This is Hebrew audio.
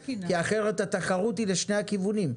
כי אחרת התחרות היא לשני הכיוונים,